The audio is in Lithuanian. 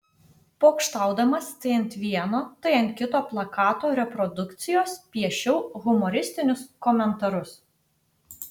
pokštaudamas tai ant vieno tai ant kito plakato reprodukcijos piešiau humoristinius komentarus